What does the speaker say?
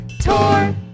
Tour